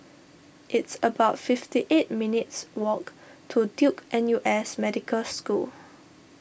it's about fifty eight minutes' walk to Duke N U S Medical School